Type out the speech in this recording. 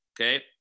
okay